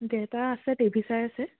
দেউতা আছে টিভি চাই আছে